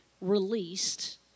released